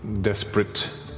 desperate